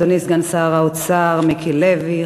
אדוני סגן שר האוצר מיקי לוי,